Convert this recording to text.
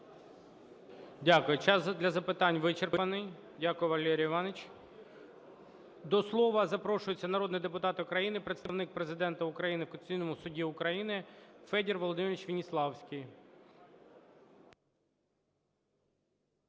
Дякую. Час для запитань вичерпаний. Дякую, Валерій Іванович. До слова запрошується народний депутат України, Представник Президента України у Конституційному Суді України Федір Володимирович Веніславський.